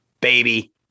Baby